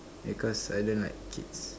because I don't like kids